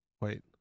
Wait